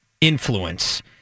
influence